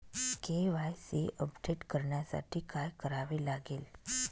KYC update करण्यासाठी काय करावे लागेल?